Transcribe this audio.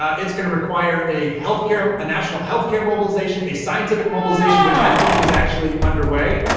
it's going to require a health care um a national health care mobilization, a scientific mobilization, which i think is actually underway.